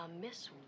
miss